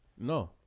No